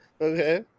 Okay